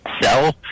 sell